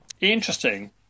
Interesting